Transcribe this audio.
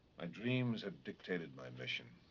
my dreams had dictated my mission.